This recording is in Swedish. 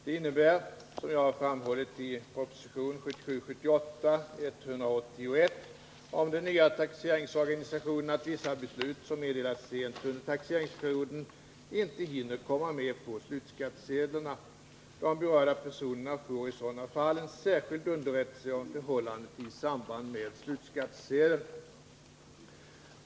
Det innebär, som jag har framhållit i propositionen 1977/78:181 om den nya taxeringsorganisationen, att vissa beslut som meddelas sent under taxeringsperioden inte hinner komma med på slutskattesedlarna. De berörda personerna får i sådana fall en särskild underrättelse om förhållandet i samband med slutskattesedeln.